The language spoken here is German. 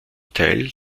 teil